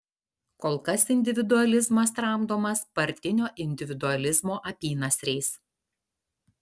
kol kas individualizmas tramdomas partinio individualizmo apynasriais